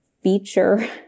feature